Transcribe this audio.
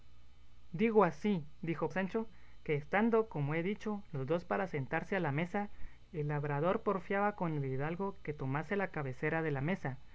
digo así dijo sancho que estando como he dicho los dos para sentarse a la mesa el labrador porfiaba con el hidalgo que tomase la cabecera de la mesa